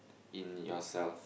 in yourself